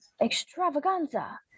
extravaganza